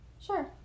Sure